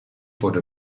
wurde